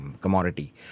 commodity